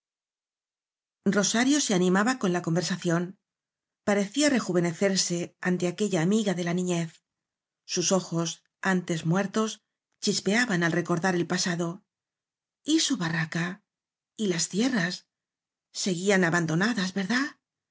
ibáñez rosario se animaba con la conversación parecía rejuvenecerse ante aquella amiga ele la niñez sus ojos antes muertos chispeaban al recordar el pasado y su barraca y las tierras seguían abandonadas verdad